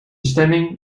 stemming